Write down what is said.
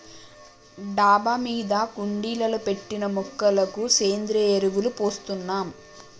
డాబా మీద కుండీలలో పెట్టిన మొక్కలకు సేంద్రియ ఎరువులు పోస్తున్నాం